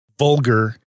Vulgar